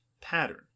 pattern